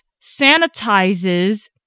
sanitizes